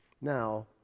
Now